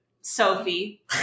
Sophie